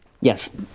Yes